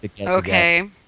Okay